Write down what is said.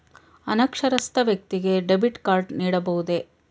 ಅನಕ್ಷರಸ್ಥ ವ್ಯಕ್ತಿಗೆ debit card ನೀಡಬಹುದೇ?